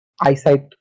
eyesight